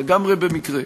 לגמרי במקרה.